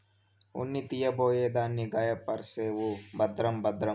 ఉన్ని తీయబోయి దాన్ని గాయపర్సేవు భద్రం భద్రం